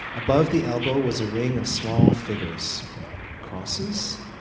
above the elbow was a ring of small figures crosses?